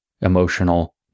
emotional